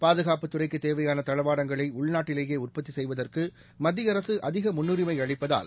பாதுகாப்பு துறைக்குதேவையானதளவாடங்களைஉள்நாட்டிலேயேஉற்பத்திசெய்வதற்குமத்தியஅரசுஅதிகமுன்னுிஸ்அளி ப்பதால்